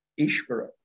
ishvara